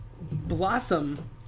Blossom